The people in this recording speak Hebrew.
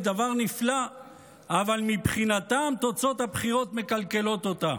דבר נפלא אבל מבחינתם תוצאות הבחירות מקלקלות אותה.